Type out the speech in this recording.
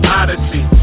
odyssey